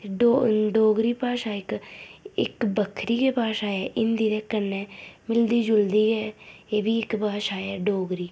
ते डोगरी भाशा इक बक्खरी गै भाशा ऐ हिंदी दे कन्नै मिलदी जुलदी ऐ एह्बी इक्क भाशा ऐ डोगरी